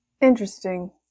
interesting